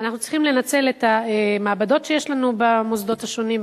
אנחנו צריכים לנצל את המעבדות שיש לנו במוסדות השונים,